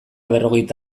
berrogeita